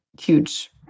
huge